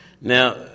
now